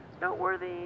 noteworthy